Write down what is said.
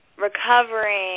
recovering